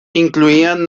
incluían